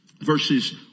Verses